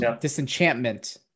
Disenchantment